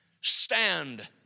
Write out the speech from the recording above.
Stand